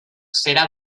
serà